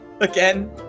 again